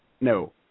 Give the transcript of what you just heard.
No